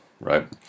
right